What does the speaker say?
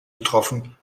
getroffen